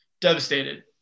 devastated